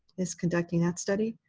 is conducting that study.